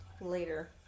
later